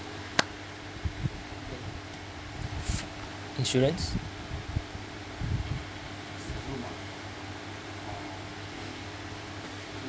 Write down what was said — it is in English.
insurance